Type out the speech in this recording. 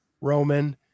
Roman